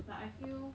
like I feel